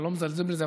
אני לא מזלזל בזה,